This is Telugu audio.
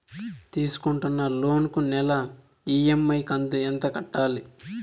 తీసుకుంటున్న లోను కు నెల ఇ.ఎం.ఐ కంతు ఎంత కట్టాలి?